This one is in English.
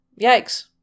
Yikes